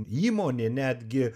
įmonė netgi